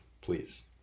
Please